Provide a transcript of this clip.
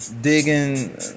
digging